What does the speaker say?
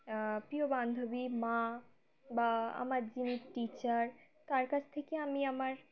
প্রিয় বান্ধবী মা বা আমার যিনি টিচার তার কাছ থেকে আমি আমার